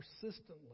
persistently